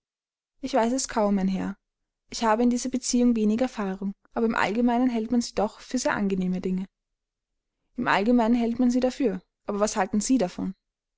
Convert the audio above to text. ich weiß es kaum mein herr ich habe in dieser beziehung wenig erfahrung aber im allgemeinen hält man sie doch für sehr angenehme dinge im allgemeinen hält man sie dafür aber was halten sie davon